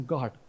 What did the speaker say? God